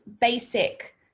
basic